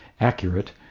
accurate